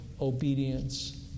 obedience